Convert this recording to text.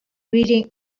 reading